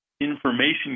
information